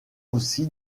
aussi